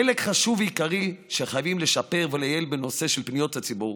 חלק חשוב ועיקרי שחייבים לשפר ולייעל בנושא של פניות הציבור,